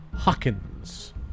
Hawkins